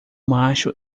macho